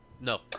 No